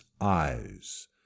eyes